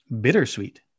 bittersweet